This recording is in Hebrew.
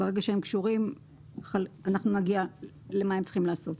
ברגע שהם קשורים אנחנו נגיע למה הם צריכים לעשות.